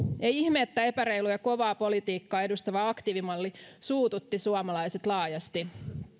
ei ihme että epäreilu ja kovaa politiikkaa edustava aktiivimalli suututti suomalaiset laajasti